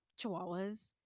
Chihuahuas